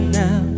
now